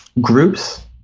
groups